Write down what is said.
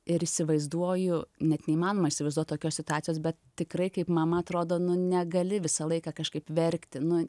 ir įsivaizduoju net neįmanoma įsivaizduot tokios situacijos bet tikrai kaip mama atrodo nu negali visą laiką kažkaip verkti nu